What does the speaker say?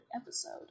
episode